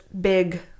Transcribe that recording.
big